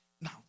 now